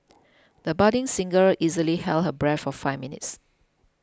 the budding singer easily held her breath for five minutes